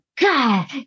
God